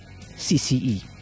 CCE